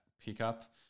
pickup